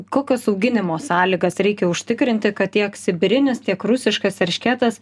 kokias auginimo sąlygas reikia užtikrinti kad tiek sibirinis tiek rusiškas eršketas